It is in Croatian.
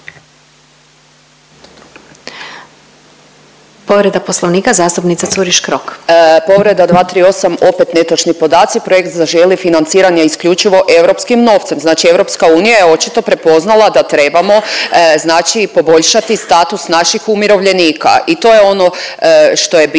Povreda Poslovnika zastupnica Curiš Krok. **Curiš Krok, Anita (SDP)** Povreda 238., opet netočni podaci. Projekt Zaželi financiran je isključivo europskim novcem. Znači EU je očito prepoznala da trebamo znači poboljšati status naših umirovljenika i to je ono što je bitno,